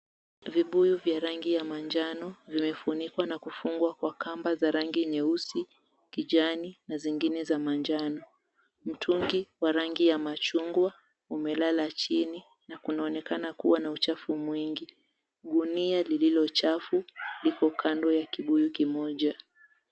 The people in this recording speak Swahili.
Vibuyu vya rangi ya manjano vimefunikwa na kufungwa kamba za rangi nyeusi, kijani na zingine za manjano. Mtungi wa rangi ya machungwa umelala chini na kunaonekana kuwa na uchafu mwingi. Gunia lililochafu liko kando ya kibuyu moja.